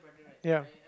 ya